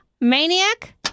Maniac